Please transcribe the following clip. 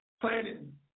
planning